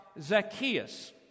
Zacchaeus